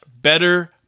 better